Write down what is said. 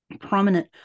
prominent